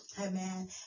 amen